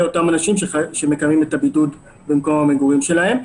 אותם אנשים שמקיימים את הבידוד במקום המגורים שלהם.